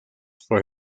for